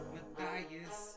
Matthias